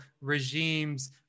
regime's